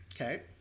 Okay